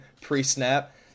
pre-snap